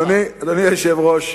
אדוני היושב-ראש,